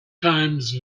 times